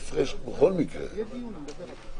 הצבעה לא נתקבלה.